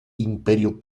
imperio